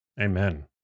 Amen